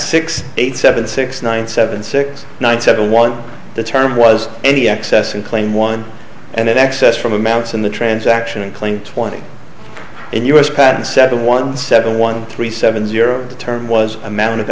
six eight seven six nine seven six one seven one the term was any excess in claim one and in excess from amounts in the transaction and claim twenty in us patent seven one seven one three seven zero the term was amount of